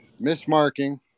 mismarking